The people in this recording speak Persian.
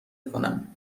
کنم